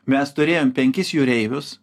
mes turėjom penkis jūreivius